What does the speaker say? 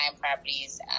properties